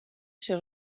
ses